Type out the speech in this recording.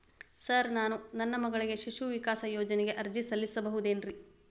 Sir ನಾನು ನನ್ನ ಮಗಳಿಗೆ ಶಿಶು ವಿಕಾಸ್ ಯೋಜನೆಗೆ ಅರ್ಜಿ ಸಲ್ಲಿಸಬಹುದೇನ್ರಿ?